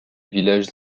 villages